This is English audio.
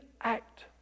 act